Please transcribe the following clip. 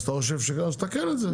אז אתה חושב, אז תתקן את זה.